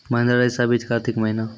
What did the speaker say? महिंद्रा रईसा बीज कार्तिक महीना?